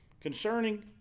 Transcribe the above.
concerning